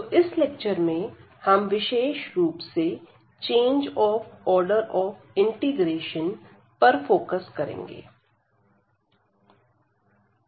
तो इस लेक्चर में हम विशेष रूप से change of order of integration पर फोकस करेंगे